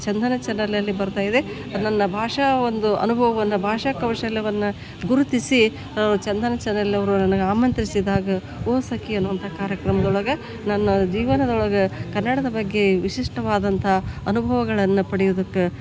ಚಂದನ ಚನಲ್ನಲ್ಲಿ ಬರ್ತಾ ಇದೆ ಅದು ನನ್ನ ಭಾಷಾ ಒಂದು ಅನುಭವವನ್ನು ಭಾಷಾ ಕೌಶಲ್ಯವನ್ನು ಗುರುತಿಸಿ ಚಂದನ ಚನಲ್ನವರು ನನಗೆ ಆಮಂತ್ರಿಸಿದಾಗ ಓ ಸಖಿ ಅನ್ನುವಂಥ ಕಾರ್ಯಕ್ರಮದೊಳಗೆ ನನ್ನ ಜೀವನದೊಳಗೆ ಕನ್ನಡದ ಬಗ್ಗೆ ವಿಶಿಷ್ಟವಾದಂಥ ಅನುಭವಗಳನ್ನು ಪಡಿಯುದಕ್ಕೆ